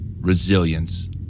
resilience